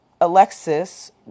alexis